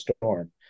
storm